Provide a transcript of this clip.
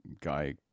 Guy